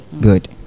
Good